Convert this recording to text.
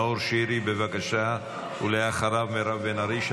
נאור שירי, בבקשה, ואחריו, מירב בן ארי.